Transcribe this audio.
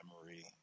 memory